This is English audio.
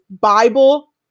Bible